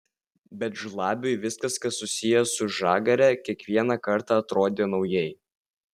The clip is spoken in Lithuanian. bet žlabiui viskas kas susiję su žagare kiekvieną kartą atrodė naujai